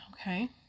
Okay